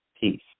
peace